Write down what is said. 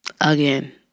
again